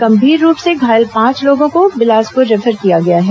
गंभीर रूप से घायल पांच लोगों को बिलासपुर रेफर किया गया है